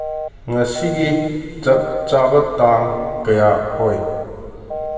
ꯉꯁꯤꯒꯤ ꯆꯞ ꯆꯥꯕ ꯇꯥꯡ ꯀꯌꯥ ꯑꯣꯏ